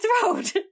throat